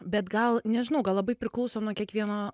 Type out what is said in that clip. bet gal nežinau gal labai priklauso nuo kiekvieno